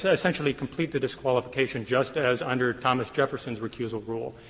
so essentially complete the disqualification just as under thomas jefferson's recusal rule.